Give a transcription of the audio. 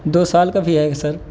دو سال کا بھی ہے سر